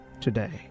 today